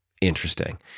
interesting